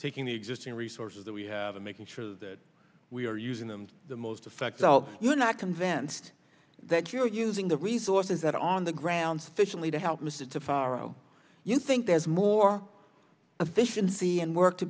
taking the existing resources that we have and making sure that we are using them the most effective so you're not convinced that you're using the resources that are on the ground sufficiently to help mrs to follow you think there's more efficiency and work to